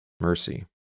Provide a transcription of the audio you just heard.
mercy